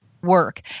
work